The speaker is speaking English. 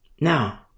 Now